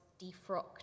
defrocked